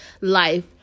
life